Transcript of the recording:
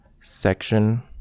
Section